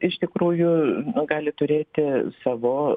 iš tikrųjų gali turėti savo